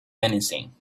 anything